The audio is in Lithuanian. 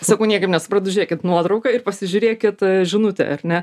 sakau niekaip nesuprantu žiūrėkit nuotrauka ir pasižiūrėkit žinutę ar ne